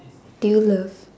do you love